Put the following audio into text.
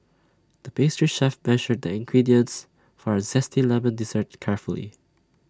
the pastry chef measured the ingredients for A Zesty Lemon Dessert carefully